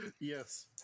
Yes